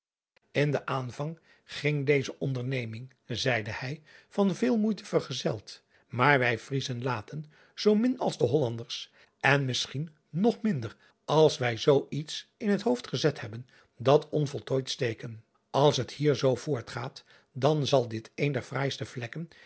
n den aanvang ging deze onderneming zeide hij van veel moeite vergezeld maar wij riezen laten zoo min als de ollanders en misschien nog minder als wij zoo iets in het hoofd gezet hebben dat onvoltooid steken ls het hier zoo voortgaat dan zal dit een der fraaiste vlekken